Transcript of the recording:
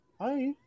Hi